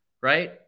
right